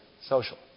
Social